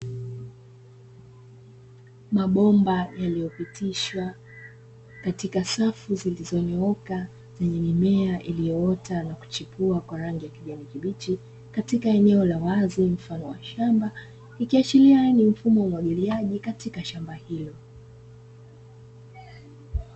Mabomba yaliyopitishwa katika safu zilizonyooka yenye mimea iliyoota na kuchipua kwa rangi ya kijani kibichi katika eneo la wazi mfano wa shamba, ikiashiria ni mfumo wa umwagiliaji katika shamba hilo